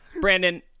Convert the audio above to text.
Brandon